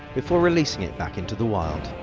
before releasing it back into the wild.